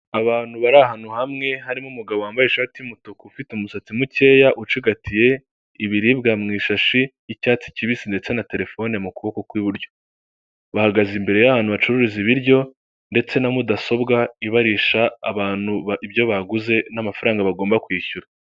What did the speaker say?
Umugabo wambaye ingofero y'ubururu amadarubindi, uri guseka wambaye umupira wumweru ndetse ufite mudasobwa mu ntoki ze. Ari ku gapapuro k'ubururu kandidikishijweho amagambo yumweru ndetse n'ayumuhondo yanditswe mu kirimi cyamahanga cyicyongereza.